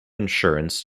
insurance